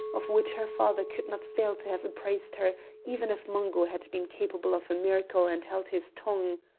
of which her father could not fail to have apprised her even if mungo had been capable of a miracle and held his tongue.